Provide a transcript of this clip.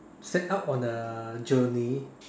set out on a journey